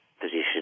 position